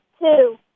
two